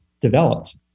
developed